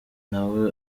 nawe